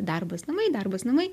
darbas namai darbas namai